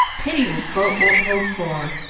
pity this boat won't hold four.